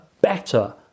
better